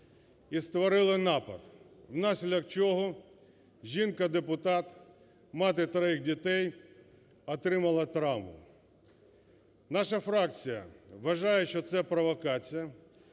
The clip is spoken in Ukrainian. і створили напад, внаслідок чого жінка-депутат, мати трьох дітей, отримала травму. Наша фракція вважає, що це провокація.